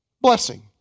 blessing